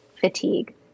fatigue